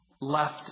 left